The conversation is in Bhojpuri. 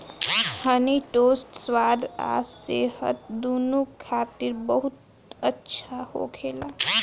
हनी टोस्ट स्वाद आ सेहत दूनो खातिर बहुत अच्छा होखेला